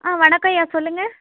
ஆ வணக்கம்ய்யா சொல்லுங்கள்